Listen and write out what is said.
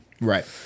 Right